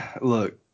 look